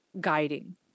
guiding